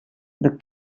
the